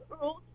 rules